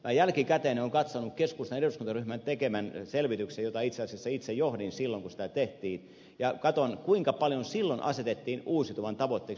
minä jälkikäteen olen katsonut keskustan eduskuntaryhmän tekemän selvityksen itse asiassa itse johdin ryhmää silloin kun sitä tehtiin katsoin kuinka paljon silloin asetettiin uusiutuvan tavoitteeksi